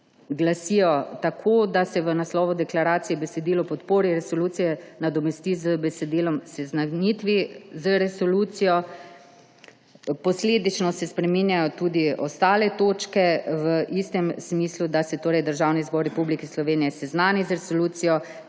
glasijo tako, da se v naslovu deklaracije besedilo »o podpori resoluciji« nadomesti z besedilom »o seznanitvi z resolucijo«. Posledično se spreminjajo tudi ostale točke v istem smislu, torej da se Državni zbor Republike Slovenije seznani z resolucijo